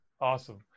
Awesome